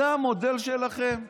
זה המודל שלכם?